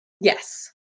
Yes